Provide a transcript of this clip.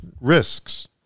risks